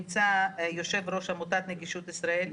יושב-ראש עמותת נגישות ישראל,